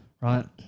Right